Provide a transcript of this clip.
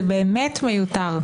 זה באמת מיותר.